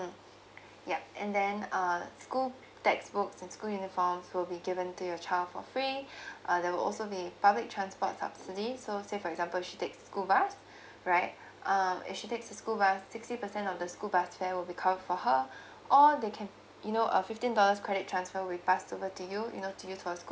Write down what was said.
ya and then uh school textbooks and school uniforms will be given to your child for free uh there will also be public transport subsidy so say for example she takes a school bus right uh if she takes a school bus sixty percent of the school bus fare will be covered for her or they can you know a fifteen dollars credit transfer will be passed over to you you know to use for her school